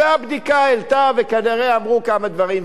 והבדיקה העלתה, וכנראה אמרו כמה דברים.